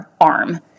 arm